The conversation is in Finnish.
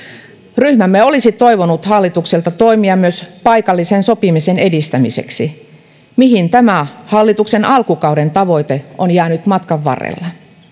ryhmämme olisi toivonut hallitukselta toimia myös paikallisen sopimisen edistämiseksi mihin tämä hallituksen alkukauden tavoite on jäänyt matkan varrella